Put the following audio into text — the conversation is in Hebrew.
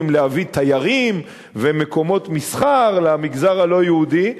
להביא תיירים ומקומות מסחר למגזר הלא-יהודי,